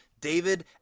David